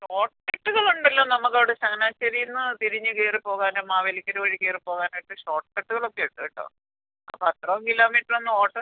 ഓട്ടോറിക്ഷകൾ ഉണ്ടല്ലോ നമ്മുടെ അവിടെ ചങ്ങനാശ്ശേരിയിൽനിന്ന് തിരിഞ്ഞ് കേറിപ്പോകാനും മാവേലിക്കര വഴി കേറിപ്പോവാനും ഒക്കെ ഷോട്ട് കട്ട്കളൊക്കെ ഉണ്ട് കേട്ടോ അപ്പം അത്രയും കിലോമീറ്റർ ഒന്നും ഓട്